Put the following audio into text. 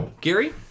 Gary